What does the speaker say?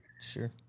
Sure